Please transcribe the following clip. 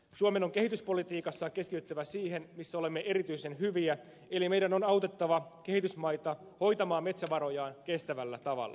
suomen on kehityspolitiikassaan keskityttävä siihen missä olemme erityisen hyviä eli meidän on autettava kehitysmaita hoitamaan metsävarojaan kestävällä tavalla